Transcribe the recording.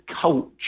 culture